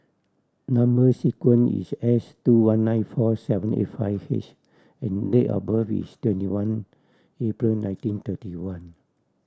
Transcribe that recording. number sequence is S two one nine four seven eight five H and date of birth is twenty one April nineteen thirty one